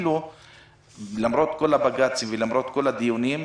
למרות כל הבג"צים ולמרות כל הדיונים,